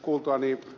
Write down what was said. kuultuani ed